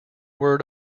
word